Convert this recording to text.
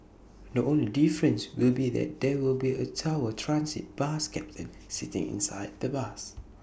the only difference will be that there will be A tower transit bus captain sitting inside the bus